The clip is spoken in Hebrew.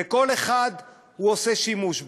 וכל אחד עושה שימוש בו,